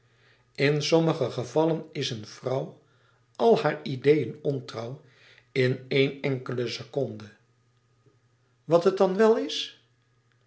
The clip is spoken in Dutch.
in sommige gevallen is een vrouw al hare ideeën ontrouw in éen enkele seconde wat het dan wel is